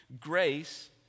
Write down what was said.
Grace